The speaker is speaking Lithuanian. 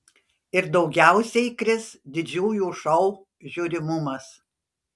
ir daugiausiai kris didžiųjų šou žiūrimumas